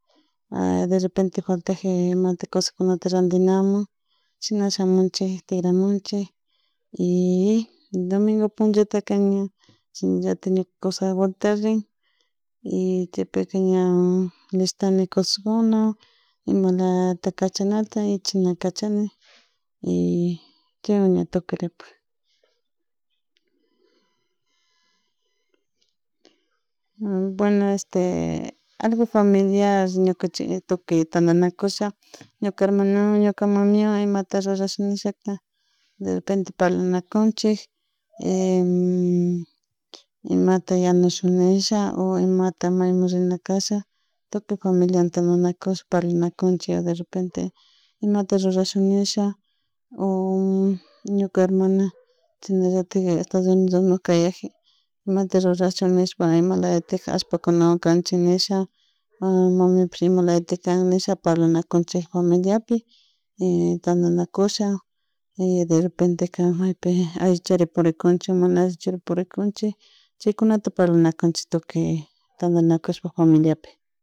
Derepente faltakpi imata cosas kunarandimanun chinasha shamunchik tigramunchik y domingo punchataka ña ñuka kusan vuelta rin y chaypi ña listani cosaskuna imalata cachanata y chashan cachani y chaywan ña tukuripan, silencio, bueno este algo familiar ñuka canchik tukuy tantanakunsha ñuka hermanwan ñuka mamaiwan imata rrurash nishaka derrepente paranakunchik imata yanushun nisha o imata maymun rinakasha tukuy familiakunawan tantanakush parlanakunchik imat rrurasha nisha oh ñuka hermana chashnallatik estados unidosmanta kayaji imta rurashun nishpa imalayatik ashpakunawan kanchik nisha mamipish imlatik kan nisha parlanakunchik familapi y tantakunasha derepenteka maypika alli chari uricunchik mana allichari purikunchik chaykunata parlanakunchik tukuy tantanakusha familiakunapi